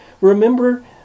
Remember